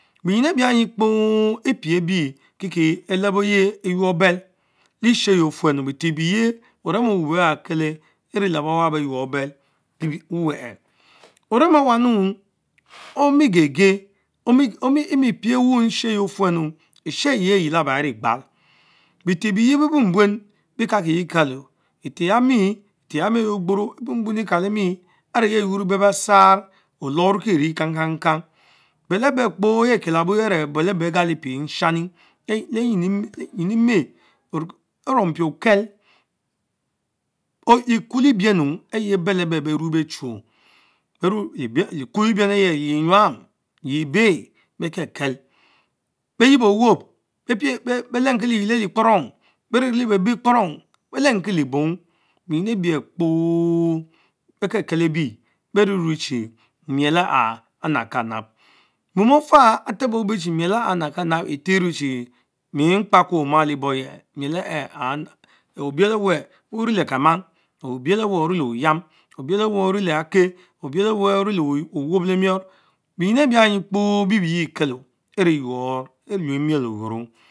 Benyin kpo epie ebie kie elebor yeh eynor bell, lesheyie ofuenu beteh ebieye orem owen wap kieleh erẽ beh wab béy yuor bell wuwuen. Orem avance Onniegegen, Emir piewnu leh eshie yie efuenu, Eshieye eyielaba erie gbal, beten ebieye bee buenbuen bie kalkieyi kalo, eten yami eyeh egboro, ebuetuen ekalame and yes yuorce bell basaurre bch gallie pie nshanie, leyim ime oumpie okel kuolebiems eyeh bell be chu; Ekuolebremu ehh telih nyam? yeah ebeh? bey kekel, bch yiebowob? betenkie leyel élie kporong, beriorie le be bey kporong? belenkie lenbong? bernyin elsach kpo bekelkel ebie keh we me chi mier aha amalo kanab. mom ofa atebo-béy chie miel aha amabokapab eten mien chie, miekpakne omale boryeh kama mud ehe, obiele oweh Obiel eweh oriele oyam, Obieteweh one le akeh obel oven orille owop lee mior benyin ebignyie kpo beru kelo evee, elve miel oyuoro.